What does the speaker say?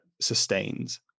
sustains